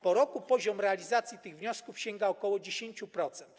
Po roku poziom realizacji tych wniosków sięga ok. 10%.